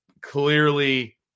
clearly –